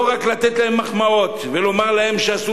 לא רק לתת להם מחמאות ולומר להם שהם עשו